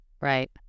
Right